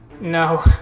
No